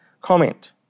comment